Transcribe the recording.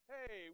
Hey